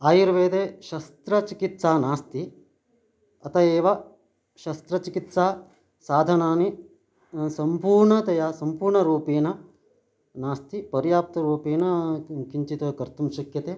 आयुर्वेदे शस्त्रचिकित्सा नास्ति अत एव शस्त्रचिकित्सा साधनानि सम्पूर्णतया सम्पूर्णरूपेण नास्ति पर्याप्तरूपेण किञ्चित् कर्तुं शक्यते